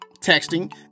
texting